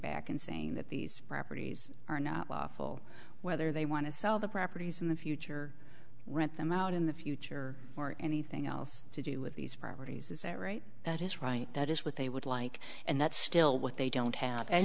back and saying that these properties are not lawful whether they want to sell the properties in the future rent them out in the future or anything else to do with these properties is that right that is right that is what they would like and that's still what they don't have and